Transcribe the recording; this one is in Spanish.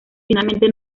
finalmente